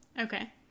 Okay